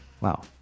Wow